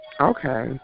Okay